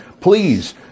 Please